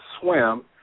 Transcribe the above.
swim